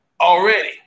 already